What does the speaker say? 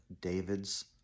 David's